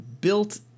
built –